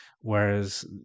whereas